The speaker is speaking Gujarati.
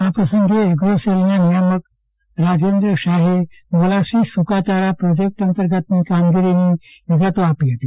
આ પ્રસંગે એગ્રોસેલના નિયામક રાજેન્દ્ર શાહે મોલાસીસ સુકાયારા પ્રોજેક્ટ અંતર્ગત કામગીરીની માહિતી આપી હતી